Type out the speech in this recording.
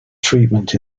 treatment